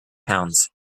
pounds